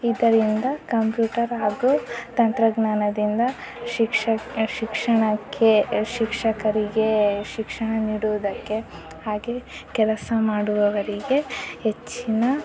ಇದರಿಂದ ಕಂಪ್ಯೂಟರ್ ಹಾಗೂ ತಂತ್ರಜ್ಞಾನದಿಂದ ಶಿಕ್ಷಕ್ ಶಿಕ್ಷಣಕ್ಕೆ ಶಿಕ್ಷಕರಿಗೆ ಶಿಕ್ಷಣ ನೀಡುವುದಕ್ಕೆ ಹಾಗೆ ಕೆಲಸ ಮಾಡುವವರಿಗೆ ಹೆಚ್ಚಿನ